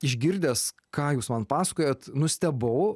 išgirdęs ką jūs man pasakojat nustebau